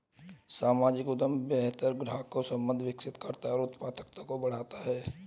सामाजिक उद्यम बेहतर ग्राहक संबंध विकसित करता है और उत्पादकता बढ़ाता है